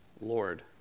Lord